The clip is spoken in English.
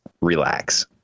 relax